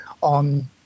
on